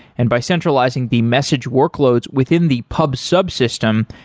and by centralizing the message workloads within the pub sub system,